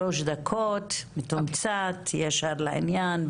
שלוש דקות, מתומצת, ישר לעניין.